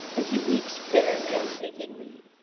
but he weeps bitterly on taking leave.